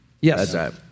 Yes